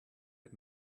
had